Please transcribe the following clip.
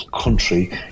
country